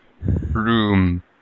Room